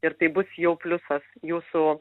ir tai bus jau pliusas jūsų